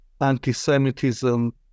anti-semitism